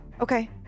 Okay